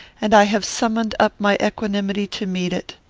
and i have summoned up my equanimity to meet it.